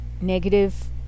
negative